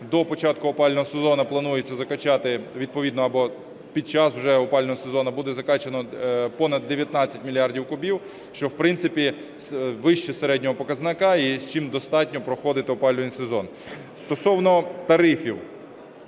До початку опалювального сезону планується закачати відповідно або під час вже опалювального сезону буде закачано понад 19 мільярдів кубів, що в принципі вище середнього показника і з чим достатньо проходити опалювальний сезон. Стосовно тарифів.